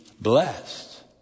blessed